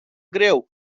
greu